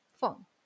phone